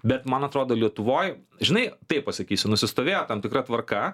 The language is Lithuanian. bet man atrodo lietuvoj žinai taip pasakysiu nusistovėjo tam tikra tvarka